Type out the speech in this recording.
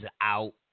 out